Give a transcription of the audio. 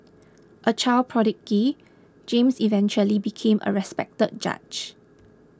a child prodigy James eventually became a respected judge